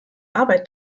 arbeit